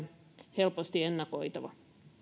helposti ennakoitava